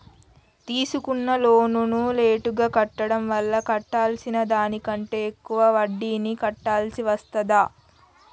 తీసుకున్న లోనును లేటుగా కట్టడం వల్ల కట్టాల్సిన దానికంటే ఎక్కువ వడ్డీని కట్టాల్సి వస్తదా?